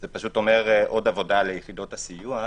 זה אומר עוד עבודה ליחידות הסיוע.